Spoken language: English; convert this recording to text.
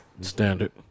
Standard